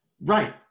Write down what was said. Right